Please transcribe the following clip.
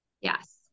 Yes